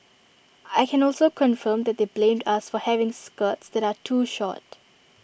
I can also confirm that they blamed us for having skirts that are too short